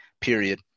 period